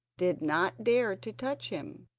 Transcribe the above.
did not dare to touch him,